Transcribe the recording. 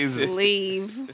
Leave